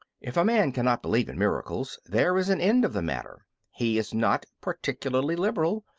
if a man cannot believe in miracles there is an end of the matter he is not particularly liberal,